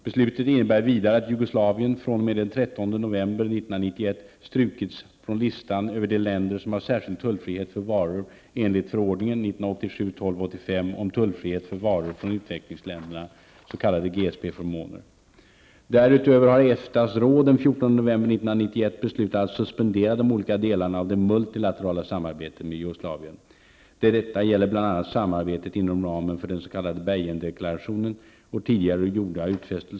beslutat att suspendera de olika delarna av det multilaterala samarbetet med Jugoslavien. Detta gäller bl.a. samarbetet inom ramen för den s.k.